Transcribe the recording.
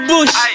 Bush